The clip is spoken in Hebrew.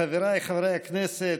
חבריי חברי הכנסת,